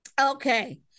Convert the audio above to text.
Okay